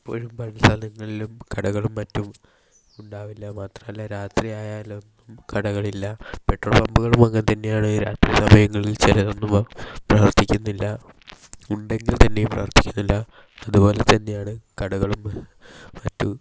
ഇപ്പോഴും പല സ്ഥലങ്ങളിലും കടകളും മറ്റും ഉണ്ടാവില്ല മാത്രമല്ല രാത്രിയായാലും കടകളില്ല പെട്രോൾ പമ്പുകളും അങ്ങനെ തന്നെയാണ് ചില സമയങ്ങളിൽ ചിലതൊന്നും പ്രവർത്തിക്കുന്നില്ല ഉണ്ടെങ്കിൽ തന്നെയും പ്രവർത്തിക്കുന്നില്ല അതുപോലെതന്നെയാണ് കടകളും മറ്റും